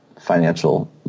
financial